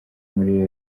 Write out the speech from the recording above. muri